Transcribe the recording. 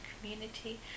Community